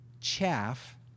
chaff